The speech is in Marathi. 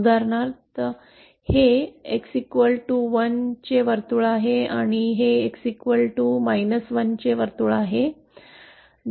उदाहरणार्थ हे X 1 वर्तुळ आहे आणि हे X 1 वर्तुळ आहे